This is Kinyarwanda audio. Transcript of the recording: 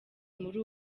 muri